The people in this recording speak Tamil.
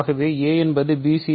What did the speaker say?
ஆகவே a என்பது bc